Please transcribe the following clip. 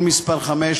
2015 ו-2016).